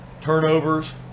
turnovers